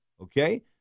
okay